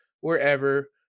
wherever